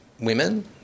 women